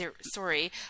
Sorry